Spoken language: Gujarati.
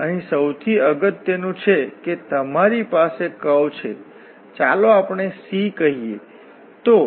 અને અહીં સૌથી અગત્યનું છે કે તમારી પાસે કર્વ છે ચાલો આપણે C કહીએ તો